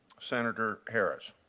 senator harris.